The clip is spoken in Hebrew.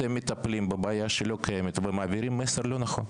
אתם מטפלים בבעיה שלא קיימת ומעבירים מסר לא נכון.